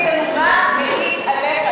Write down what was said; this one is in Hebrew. מה אמרתי מרגיז, גברתי היושבת-ראש?